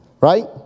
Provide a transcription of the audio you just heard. Right